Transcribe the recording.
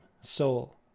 soul